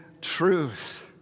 truth